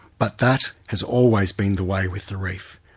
but that has always been the way with the reef.